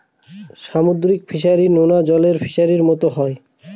সামুদ্রিক ফিসারী, নোনা জলের ফিসারির মতো হয়